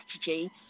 strategy